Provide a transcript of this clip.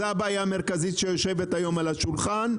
זו הבעיה המרכזית שיושבת היום על השולחן,